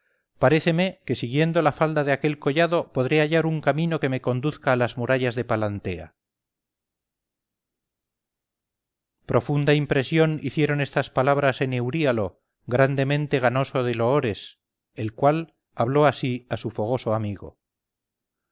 paréceme que siguiendo la falda de aquel collado podré hallar un camino que me conduzca a las murallas de palantea profunda impresión hicieron estas palabras en euríalo grandemente ganoso de loores el cual habló así a su fogoso amigo